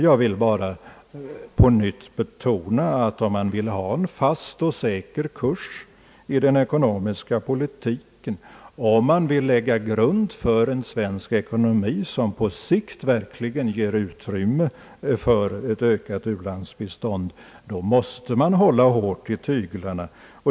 Jag vill bara på nytt betona, att om man vill ha en fast och säker kurs i den ekonomiska politiken och om man vill lägga grunden till en svensk eko nomi, som på sikt verkligen ger utrymme för ett ökat u-landsbistånd, måste man hålla hårt i tyglarna.